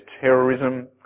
terrorism